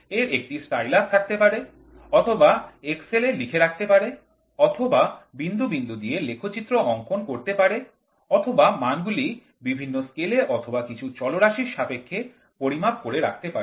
এর একটি স্টাইলাস থাকতে পারে অথবা এক্সেল এ লিখে রাখতে পারে অথবা বিন্দু বিন্দু দিয়ে লেখচিত্র অঙ্কন করতে পারে অথবা মানগুলিকে বিভিন্ন স্কেলে অথবা কিছু চলরাশির সাপেক্ষে পরিমাপ করে রাখতে পারে